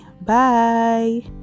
Bye